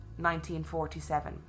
1947